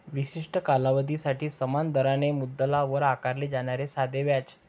विशिष्ट कालावधीसाठी समान दराने मुद्दलावर आकारले जाणारे साधे व्याज